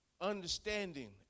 understanding